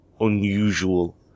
unusual